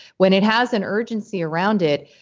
when it has an urgency around it,